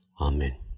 Amen